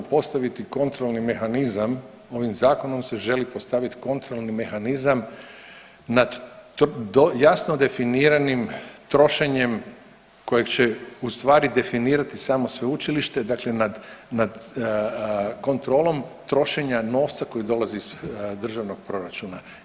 Želi samo postaviti kontrolni mehanizam, ovim Zakonom se želi postaviti kontrolni mehanizam nad jasno definiranim trošenjem kojeg će ustvari definirati samo sveučilište, dakle nad kontrolom trošenja novca koji dolazi iz državnog proračuna.